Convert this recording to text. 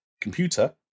computer